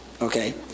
okay